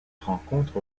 rencontre